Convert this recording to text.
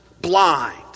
blind